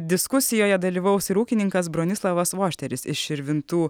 diskusijoje dalyvaus ir ūkininkas bronislavas vošteris iš širvintų